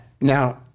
Now